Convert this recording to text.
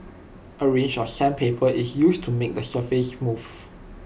A range of sandpaper is used to make the surface smooth